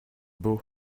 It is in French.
beau